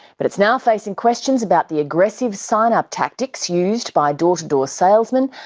but it's now facing questions about the aggressive sign-up tactics used by door-to-door salesman,